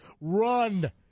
run